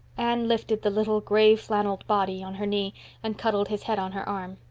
anne lifted the little gray-flannelled body on her knee and cuddled his head on her arm.